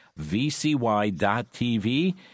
vcy.tv